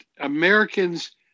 Americans